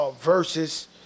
Versus